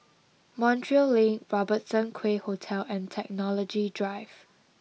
Montreal Link Robertson Quay Hotel and Technology Drive